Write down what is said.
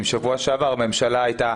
אם בשבוע שעבר הממשלה הייתה,